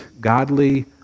godly